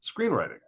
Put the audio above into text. screenwriting